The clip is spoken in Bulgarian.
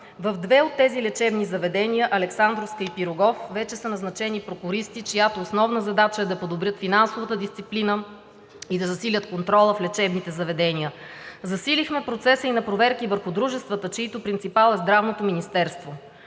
В две от тези лечебни заведения – Александровска и „Пирогов“, вече са назначени прокуристи, чиято основна задача е да подобряват финансовата дисциплина и да засилят контрола в лечебните заведения. Засилихме процеса и на проверки върху дружествата, чийто принципал е Здравното министерство.